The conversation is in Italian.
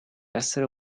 essere